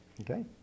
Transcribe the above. Okay